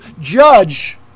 judge